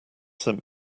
sent